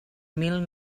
mil